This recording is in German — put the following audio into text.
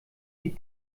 die